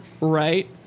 right